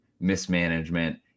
mismanagement